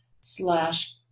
slash